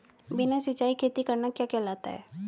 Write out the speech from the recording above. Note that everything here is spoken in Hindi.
बिना सिंचाई खेती करना क्या कहलाता है?